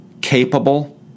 capable